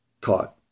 caught